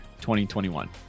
2021